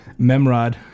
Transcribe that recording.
memrod